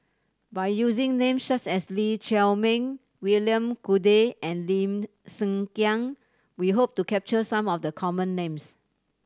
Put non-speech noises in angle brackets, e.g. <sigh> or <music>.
by using names such as Lee Chiaw Meng William Goode and Lim <unintelligible> Kiang we hope to capture some of the common names